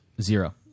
zero